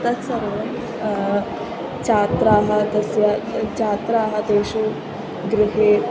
तत्सर्वं छात्राः तस्य छात्राः तेषु गृहे